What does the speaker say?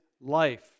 life